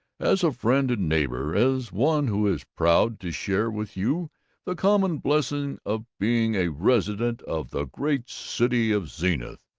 as a friend and neighbor, as one who is proud to share with you the common blessing of being a resident of the great city of zenith,